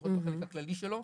לפחות בחלק הכללי שלו.